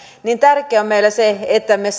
niin tärkeää on meille se että me